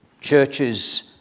churches